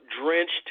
drenched